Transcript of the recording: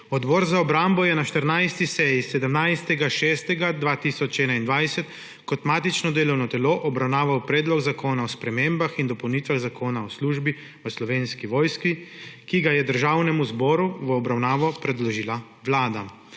Odbor za obrambo je na 14. seji 17. 6. 2021 kot matično delovno telo obravnaval Predlog zakona o spremembah in dopolnitvah Zakona o službi v Slovenski vojski, ki ga je Državnemu zboru v obravnavo predložila Vlada.